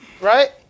Right